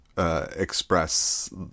Express